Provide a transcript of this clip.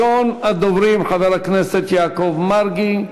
ראשון הדוברים חבר הכנסת יעקב מרגי,